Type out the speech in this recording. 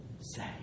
say